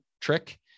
trick